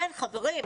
כן, חברים,